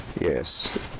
yes